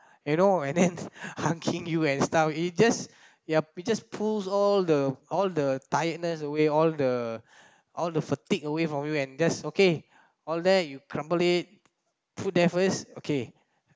you know and then hugging you and stuff it just ya it just pulls all the all the tiredness away all the all the fatigue away from you and just okay all there you crumble it put there first okay